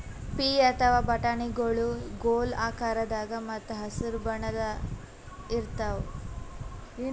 ಪೀ ಅಥವಾ ಬಟಾಣಿಗೊಳ್ ಗೋಲ್ ಆಕಾರದಾಗ ಮತ್ತ್ ಹಸರ್ ಬಣ್ಣದ್ ಇರ್ತಾವ